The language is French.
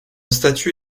statut